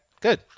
Good